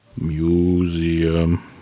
Museum